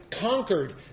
conquered